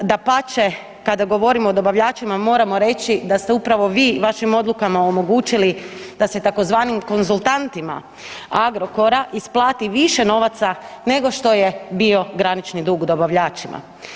Dapače kada govorim o dobavljačima moramo reći da ste upravo vi vašim odlukama omogućili da se tzv. konzultantima Agrokora isplati više novaca nego što je bio granični dug dobavljačima.